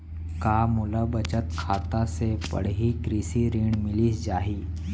का मोला बचत खाता से पड़ही कृषि ऋण मिलिस जाही?